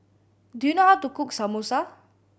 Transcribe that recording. do you know how to cook Samosa